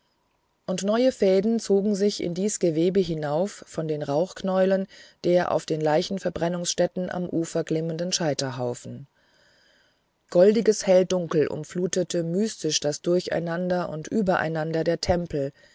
und neue fäden zogen sich in dies gewebe hinauf von den rauchknäueln der auf den leichenverbrennungsstätten am ufer glimmenden scheiterhaufen goldiges helldunkel umflutete mystisch das durcheinander und übereinander der tempel